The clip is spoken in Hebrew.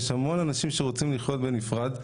יש המון אנשים שרוצים לחיות בנפרד.